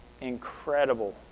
incredible